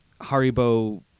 Haribo